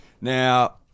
Now